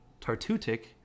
Tartutic